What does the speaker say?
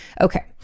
Okay